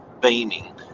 beaming